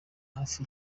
hafi